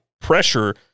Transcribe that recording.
pressure